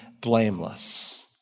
blameless